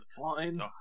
Fine